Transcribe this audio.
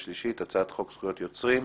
לפני הקריאה השנייה והשלישית התקבלה.